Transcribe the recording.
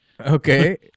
Okay